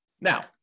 Now